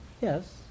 Yes